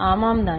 ஆமாம் தானே